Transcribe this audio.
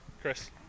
Chris